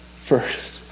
first